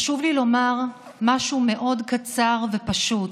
חשוב לי לומר משהו מאוד קצר ופשוט.